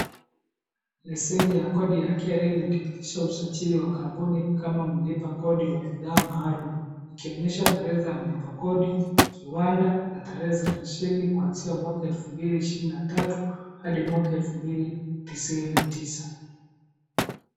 Leseni ya kodi ya KRA inadhibitisha usajili wa kampuni kama mlipa kodi wa bidhaa maalum, ikionyesha tarehe za mlipa kodi, viwanda na tarehe za leseni kwanzia mwaka wa elfu mbili ishirini na tatu hadi mwaka wa elfu mbili tisini na tisa.